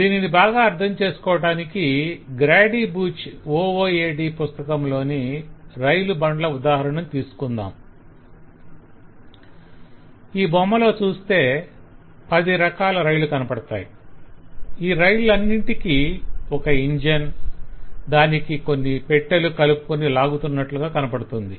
దీనిని బాగా అర్ధం చేసుకోవడానికి గ్రాడి బూచ్ OOAD పుస్తకంలోని రైలు బండ్ల ఉదాహరణను తీసుకొందాం ఈ బొమ్మలో చూస్తే 10 రకాల రైళ్లు కనపడతాయి ఈ రైళ్లన్నింటికి ఒక ఇంజిన్ దానికి కొన్ని పెట్టెలు కలుపుకొని లాగుతున్నట్లు కనపడుతుంది